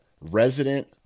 Resident